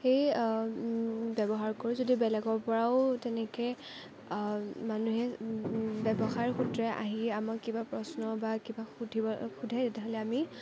ব্যৱহাৰ কৰোঁ যদি বেলেগৰ পৰাও তেনেকে মানুহে ব্যৱসায় সূত্ৰে আহি আমাক কিবা প্ৰশ্ন বা কিবা সুধিব সোধে তেতিয়াহ'লে আমি